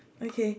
okay